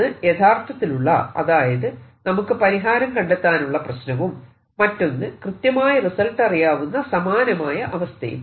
ഒന്ന് യഥാർത്ഥത്തിലുള്ള അതായത് നമുക്ക് പരിഹാരം കണ്ടെത്താനുള്ള പ്രശ്നവും മറ്റൊന്ന് കൃത്യമായ റിസൾട്ട് അറിയാവുന്ന സമാനമായ അവസ്ഥയും